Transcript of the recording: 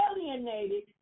alienated